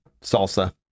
salsa